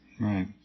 Right